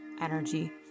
energy